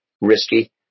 risky